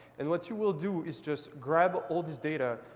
and what you will do is just grab all this data,